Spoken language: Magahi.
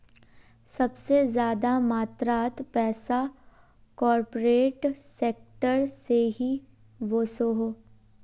सबसे ज्यादा मात्रात पैसा कॉर्पोरेट सेक्टर से ही वोसोह